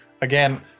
again